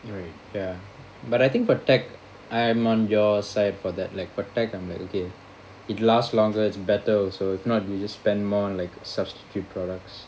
ya but I think for tech I'm on your side for that like for tech I'm like okay it last longer it's better also if not you just spend more on like substitute products